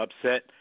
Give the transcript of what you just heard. upset